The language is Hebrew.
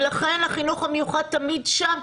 ולכן החינוך המיוחד תמיד שם,